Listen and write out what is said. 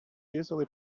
easily